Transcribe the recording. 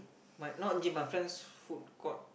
might not gym my friends food court